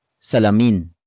salamin